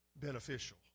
beneficial